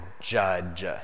judge